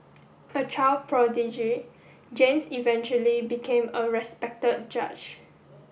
a child prodigy James eventually became a respected judge